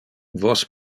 vos